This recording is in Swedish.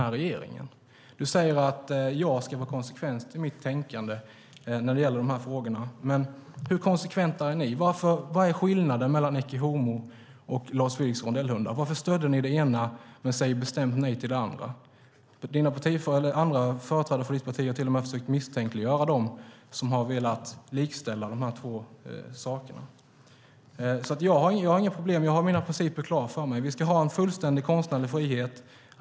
Christer Nylander säger att jag ska vara konsekvent i mitt tänkande när det gäller dessa frågor. Men hur konsekventa är ni? Vad är skillnaden mellan Ecce homo och Lars Vilks rondellhundar? Varför stödde ni det ena men sade bestämt nej till det andra? Företrädare för ditt parti har till och med försökt misstänkliggöra dem som har velat likställa dessa två. Jag har mina principer klara för mig. Vi ska ha en fullständig konstnärlig frihet.